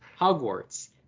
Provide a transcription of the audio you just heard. Hogwarts